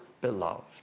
beloved